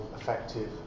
effective